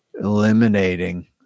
eliminating